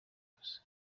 gusa